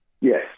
Yes